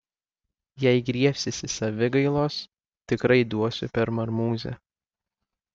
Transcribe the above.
jei griebsiesi savigailos tikrai duosiu per marmūzę